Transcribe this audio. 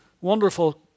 wonderful